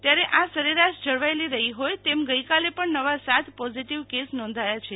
ત્યારે આ સરેરાશ જળવાયેલી રહ્યી હોય તેમ ગઈકાલે પણ નવા સાત પોઝીટીવ કેસ નોંધાયા છે